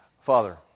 Father